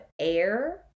air